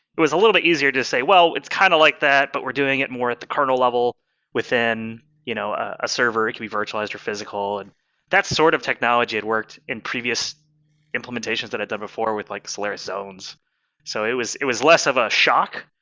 it was a little bit easier to just say, well, it's kind of like that, but we're doing it more at the kernel level within you know a server, it can be virtualized or physical. and that sort of technology had worked in previous implementations that i've done before with like solaris zones so it was it was less of a shock,